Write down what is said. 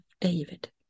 David